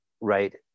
right